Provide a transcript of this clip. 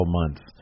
months